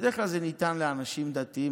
בדרך כלל זה ניתן לאנשים דתיים.